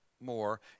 more